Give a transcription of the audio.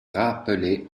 rappelé